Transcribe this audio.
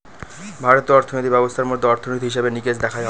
ভারতীয় অর্থিনীতি ব্যবস্থার মধ্যে অর্থনীতি, হিসেবে নিকেশ দেখা হয়